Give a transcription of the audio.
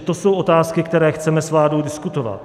To jsou otázky, které chceme s vládou diskutovat.